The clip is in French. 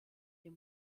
est